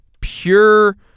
pure